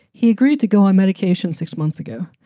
he agreed to go on medication six months ago.